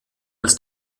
als